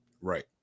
right